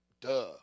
Duh